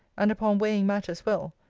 and upon weighing matters well,